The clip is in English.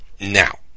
now